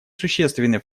существенный